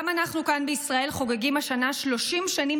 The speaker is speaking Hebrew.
גם אנחנו כאן בישראל חוגגים השנה 30 שנים